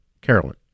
Carolyn